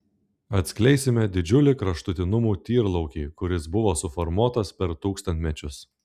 atskleisime didžiulį kraštutinumų tyrlaukį kuris buvo suformuotas per tūkstantmečius